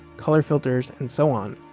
color filters, and so on.